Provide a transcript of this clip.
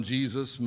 Jesus